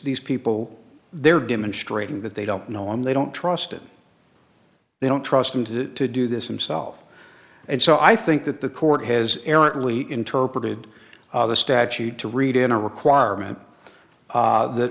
these people they're demonstrating that they don't know him they don't trust it they don't trust them to do this themselves and so i think that the court has errantly interpreted the statute to read in a requirement that